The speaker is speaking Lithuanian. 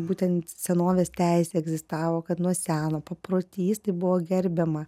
būtent senovės teisėj egzistavo kad nuo seno paprotys tai buvo gerbiama